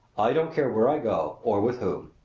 i don't care where i go or with whom.